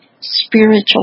spiritual